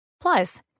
plus